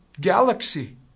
galaxy